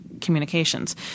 communications